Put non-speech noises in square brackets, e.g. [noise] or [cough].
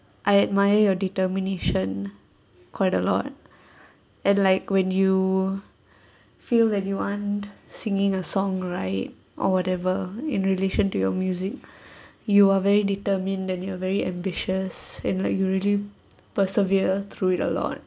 I admire your determination quite a lot [breath] and like when you feel like you want singing a song right or whatever in relation to your music [breath] you are very determined and you're very ambitious and like you really persevere through it a lot